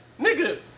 nigga